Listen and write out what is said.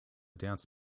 dance